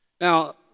Now